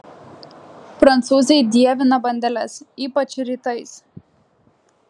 prancūzai dievina bandeles ypač rytais